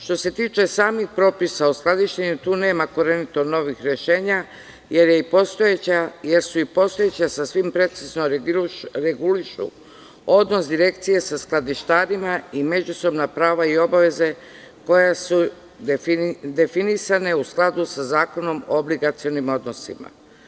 Što se tiče samih propisa o skladištenju tu nema korenitih novih rešenja, jer su i postojeća sasvim precizno regulisala odnos Direkcije sa skladištarima i međusobna prava i obaveze koja su definisana u skladu sa Zakonom o obligacionim odnosima.